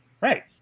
Right